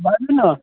बाजू ने